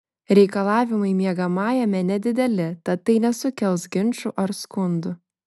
reikalavimai miegamajame nedideli tad tai nesukels ginčų ar skundų